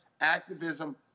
activism